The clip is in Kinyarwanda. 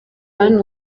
hano